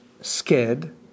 scared